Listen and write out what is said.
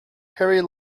harry